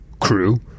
crew